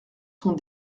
sont